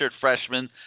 freshman